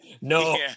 no